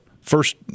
first